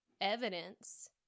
evidence